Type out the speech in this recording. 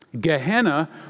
Gehenna